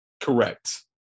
correct